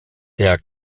der